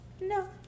No